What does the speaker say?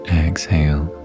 exhale